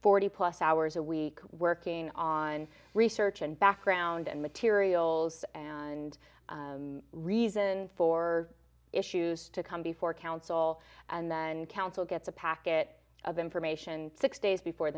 forty plus hours a week working on research and background and materials and reason for issues to come before council and then council gets a packet of information six days before